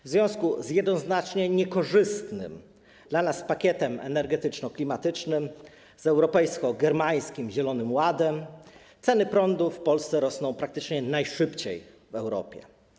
W związku z jednoznacznie niekorzystnym dla nas pakietem energetyczno-klimatycznym, z europejsko-germańskim zielonym ładem ceny prądu w Polsce rosną praktycznie najszybciej w Europie.